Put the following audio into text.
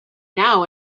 now